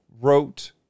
wrote